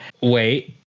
Wait